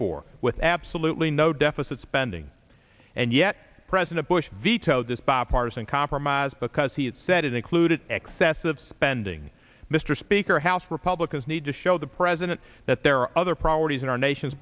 for with absolutely no deficit spending and yet president bush vetoed this bipartisan compromise because he had said it included excessive spending mr speaker house republicans need to show the president that there are other priorities in our nation's